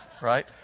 right